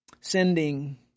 sending